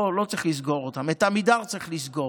לא צריך לסגור אותן, את עמידר צריך לסגור,